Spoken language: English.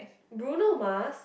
Bruno-Mars